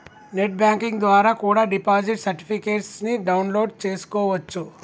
net banking ద్వారా కూడా deposit certificates ని డౌన్ లోడ్ చేస్కోవచ్చు